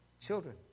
Children